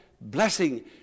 blessing